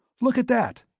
look at that!